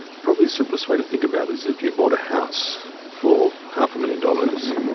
probably the simplest way to think about it is if you bought a house for half a million dollars,